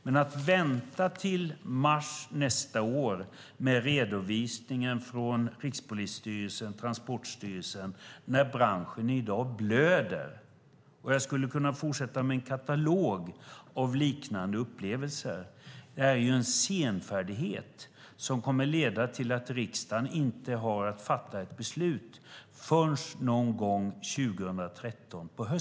Men nu ska man vänta till mars nästa år med redovisningen från Rikspolisstyrelsen och Transportstyrelsen när branschen i dag blöder. Jag skulle kunna fortsätta att redogöra för en katalog av liknande upplevelser. Detta är en senfärdighet som kommer att leda till att riksdagen inte kommer att fatta ett beslut förrän någon gång på hösten 2013.